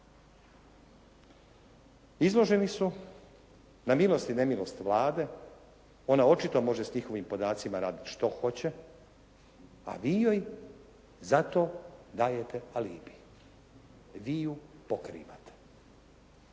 Izloženi su na milost i nemilost Vlade. Ona očito može s njihovim podacima radit što hoće, a vi joj zato dajete alibi. Vi ju pokrivate.